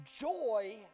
Joy